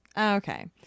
Okay